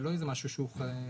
זה לא משהו אחר.